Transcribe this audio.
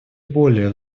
более